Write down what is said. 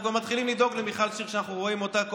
אנחנו גם מתחילים לדאוג למיכל שיר כשאנחנו רואים אותה.